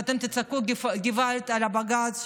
ואתם תצעקו גוואלד על הבג"ץ,